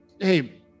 hey